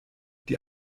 die